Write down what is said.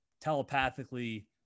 telepathically